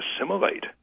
assimilate